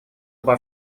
обо